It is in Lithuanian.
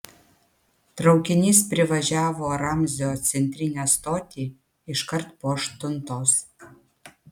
traukinys privažiavo ramzio centrinę stotį iškart po aštuntos